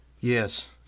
Yes